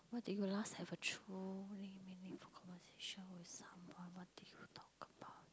when did you last have a truly meaningful conversation somebpdy what did you talk about